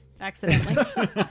accidentally